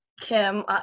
Kim